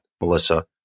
Melissa